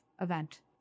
event